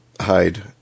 hide